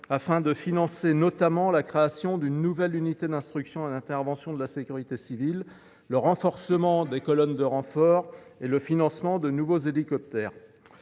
afin de financer notamment la création d’une nouvelle unité d’instruction et d’intervention de la sécurité civile, le renforcement des colonnes de renfort et le financement de nouveaux hélicoptères.